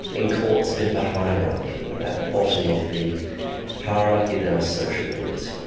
in courts a bit of a hierarchy the bottom of the hierarchy there are social workers.